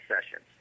sessions